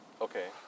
Okay